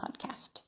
Podcast